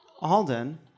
Alden